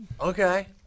Okay